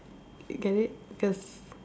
get it cause